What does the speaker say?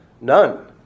None